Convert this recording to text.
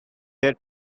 their